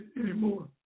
anymore